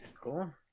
cool